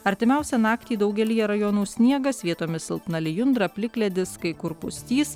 artimiausią naktį daugelyje rajonų sniegas vietomis silpna lijundra plikledis kai kur pustys